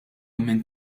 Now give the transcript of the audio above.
minn